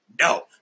No